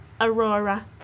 Aurora